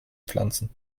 pflanzen